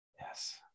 Yes